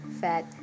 fat